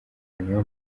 niyo